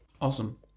Awesome